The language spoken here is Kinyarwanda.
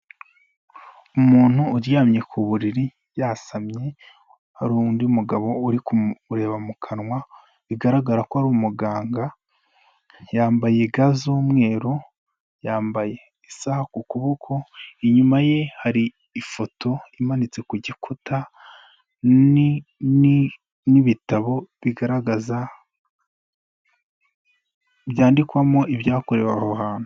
Umuntu uryamye ku buriri yasamye, hari undi mugabo uri kureba mu kanwa, bigaragara ko ari umuganga, yambaye ga z'umweru, yambaye isaha ku kuboko, inyuma ye hari ifoto imanitse ku gikuta n'ibitabo bigaragaza, byandikwamo ibyakorewe aho hantu.